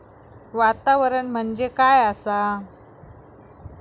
वातावरण म्हणजे काय आसा?